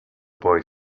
boy